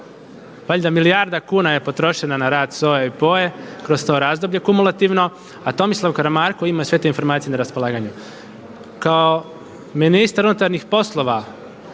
valjda milijarda kuna je potrošena na rad SOA-e i POA-e kroz to razdoblje kumulativno, a Tomislav Karamarko ima sve te informacije na raspolaganju. Kao ministar unutarnjih poslova